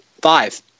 Five